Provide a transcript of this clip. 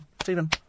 Stephen